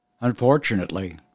Unfortunately